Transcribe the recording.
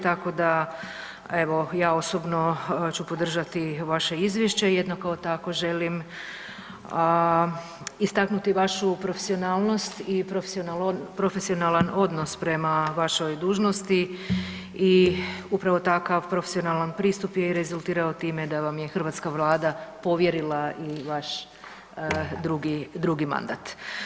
Tako da evo ja osobno ću podržati vaše izvješće i jednako tako želim istaknuti vašu profesionalnost i profesionalan odnos prema vašoj dužnosti i upravo takav profesionalan pristup je i rezultirao tima da vam je hrvatska Vlada povjerila i vaš drugi, drugi mandat.